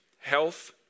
health